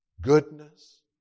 goodness